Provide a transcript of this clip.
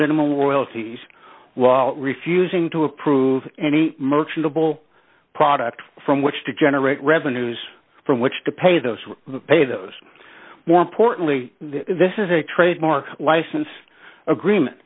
loyalties while refusing to approve any merchantable product from which to generate revenues from which to pay those pay those more importantly this is a trademark license agreement